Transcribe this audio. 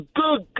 good